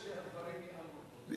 אני רוצה שהדברים ייאמרו במפורש,